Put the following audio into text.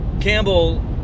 Campbell